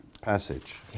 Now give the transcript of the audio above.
passage